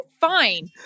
fine